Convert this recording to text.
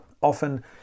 often